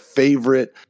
favorite